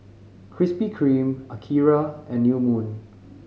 Krispy Kreme Akira and New Moon